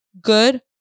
good